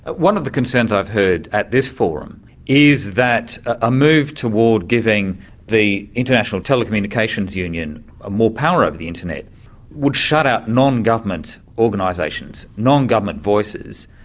ah one of the concerns i've heard at this forum is that a move towards giving the international telecommunications union ah more power over the internet would shut out non-government organisations, non-government voices.